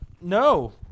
No